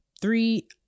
Three